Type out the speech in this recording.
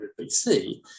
BC